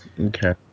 Okay